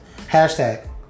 hashtag